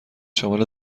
شامل